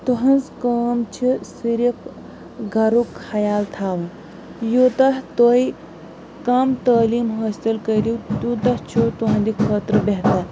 تُہٕنٛز کٲم چھَ صِرِف گَرُک خیال تھاوُن یوٗتاہ تُہۍ کم تعلیٖم حٲصِل کٔرِو تیوٗتاہ چھُ تُہنٛدِ خٲطرٕ بہتر